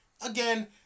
Again